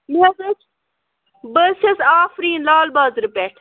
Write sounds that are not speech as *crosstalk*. *unintelligible* بہٕ حظ چھَس آفریٖن لال بازرٕ پٮ۪ٹھ